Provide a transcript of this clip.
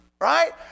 right